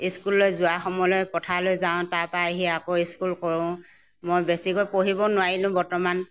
স্কুললৈ যোৱা সময়লৈ পথাৰলৈ যাওঁ তাৰপৰা আহি আকৌ স্কুল কৰোঁ মই বেছিকৈ পঢ়িব নোৱাৰিলোঁ বৰ্তমান